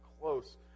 close